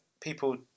people